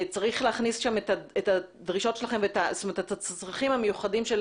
צריך להכניס שם את הצרכים המיוחדים של